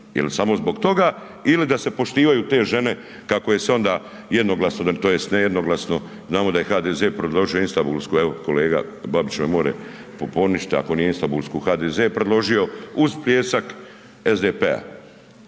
Jel samo zbog toga ili da se poštivaju te žene kako je se onda jednoglasno tj. nejednoglasno znamo da je HDZ predložio Istambulsku evo kolega Babić me more poništit, ako nije Istambulsku HDZ predložio uz pljesak SDP-a,